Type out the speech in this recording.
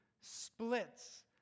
splits